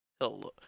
Hello